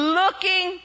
looking